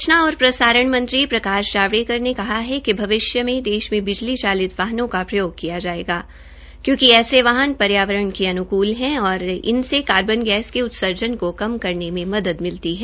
सुचना और प्रसारण मंत्री प्रकाश जावड़ेकर ने कहा है कि भविष्य में देश में बिजली चलित वाहनों का प्रयोग किया जायेगा क्योंकि ऐसे वाहन पर्यावरण के अनुकूल है और इनसे कार्बन गैस उत्सर्जन को कम करने में मदद मिलती है